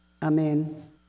Amen